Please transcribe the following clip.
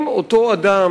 אם אותו אדם,